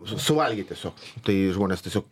su suvalgė tiesiog tai žmonės tiesiog